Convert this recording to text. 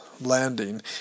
landing